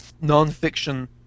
non-fiction